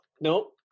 Nope